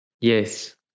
Yes